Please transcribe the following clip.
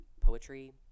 Poetry